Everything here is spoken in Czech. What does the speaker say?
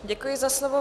Děkuji za slovo.